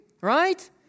right